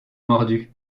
mordu